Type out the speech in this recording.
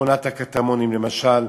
בשכונת הקטמונים, למשל,